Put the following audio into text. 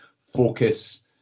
focus